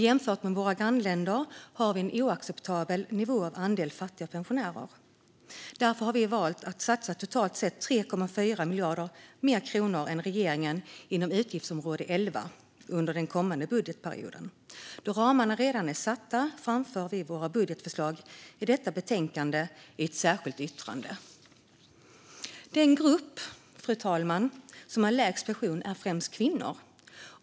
Jämfört med våra grannländer har vi en oacceptabelt hög andel fattiga pensionärer. Därför har vi valt att satsa totalt 3,4 miljarder kronor mer än regeringen inom utgiftsområde 11 under den kommande budgetperioden. Då ramarna redan är satta framför vi våra budgetförslag i detta betänkande i ett särskilt yttrande. Den grupp som har lägst pension utgörs främst av kvinnor.